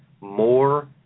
more